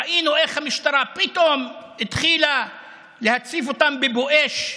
ראינו איך המשטרה פתאום התחילה להציף אותם בבואש,